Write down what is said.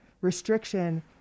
restriction